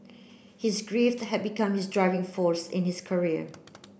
his grief had become his driving force in his career